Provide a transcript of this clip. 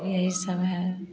यही सब है